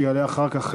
שיעלה אחר כך,